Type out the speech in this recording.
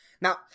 Now